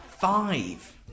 five